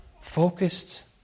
focused